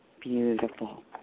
Beautiful